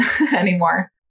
anymore